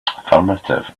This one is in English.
affirmative